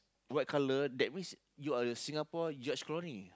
white colour that means you are a Singapore George-Clooney